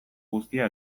guztia